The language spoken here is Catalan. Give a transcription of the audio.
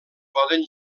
poden